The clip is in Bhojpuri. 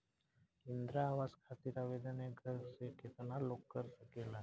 इंद्रा आवास खातिर आवेदन एक घर से केतना लोग कर सकेला?